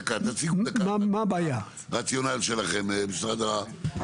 דקה, תציג מה הרציונל שלכם, משרד הפנים.